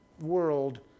world